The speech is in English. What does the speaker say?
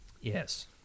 Yes